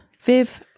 Viv